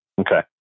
Okay